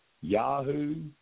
Yahoo